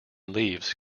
leaves